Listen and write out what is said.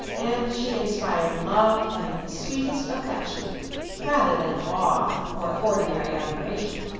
and she inspired love and the sweetest affection rather than awe or ordinary admiration.